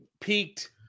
peaked